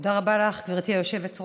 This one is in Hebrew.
תודה רבה לך, גברתי היושבת-ראש.